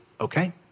okay